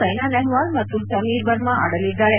ಸ್ವೆನಾನೆಹ್ಲಾಲ್ ಮತ್ತು ಸಮೀರ್ ವರ್ಮಾ ಆಡಲಿದ್ದಾರೆ